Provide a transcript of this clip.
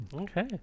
Okay